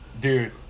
Dude